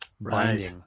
binding